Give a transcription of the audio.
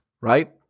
right